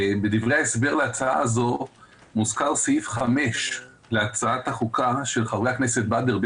בדברי ההסבר להצעה הזו מוזכר סעיף 5 להצעת החוקה של חברי הכנסת באדר,